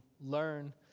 learn